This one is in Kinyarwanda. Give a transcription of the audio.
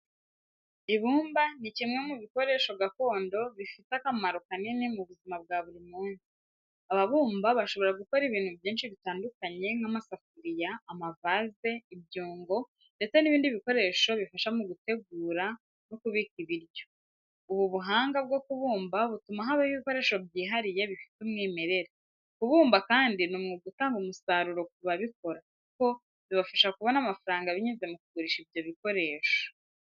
Ibumba ni kimwe mu bikoresho gakondo bifite akamaro kanini mu buzima bwa buri munsi. Ababumba bashobora gukora ibintu byinshi bitandukanye nk’amasafuriya, amavaze, ibyungo, ndetse n’ibindi bikoresho bifasha mu gutegura no kubika ibiryo. Ubu buhanga bwo kubumba butuma habaho ibikoresho byihariye bifite umwimerere. Kubumba kandi ni umwuga utanga umusaruro ku babikora, kuko bibafasha kubona amafaranga binyuze mu kugurisha ibyo bikoresho.